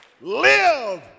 live